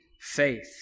faith